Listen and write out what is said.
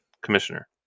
commissioner